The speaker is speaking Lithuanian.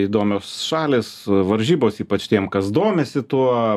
įdomios šalys varžybos ypač tiem kas domisi tuo